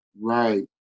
Right